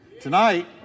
Tonight